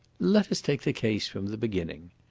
let us take the case from the beginning.